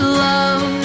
love